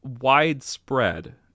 widespread